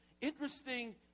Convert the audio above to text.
interesting